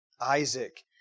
Isaac